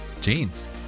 Jeans